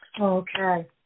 Okay